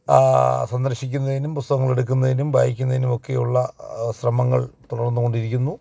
സന്ദര്ശിക്കുന്നതിനും പുസ്തങ്ങളെടുക്കുന്നതിനും വായിക്കുന്നത്തിനും ഒക്കെയുള്ള ശ്രമങ്ങള് തുടര്ന്നുകൊണ്ടിരിക്കുന്നു